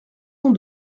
cent